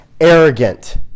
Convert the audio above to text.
arrogant